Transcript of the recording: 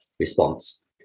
response